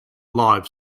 live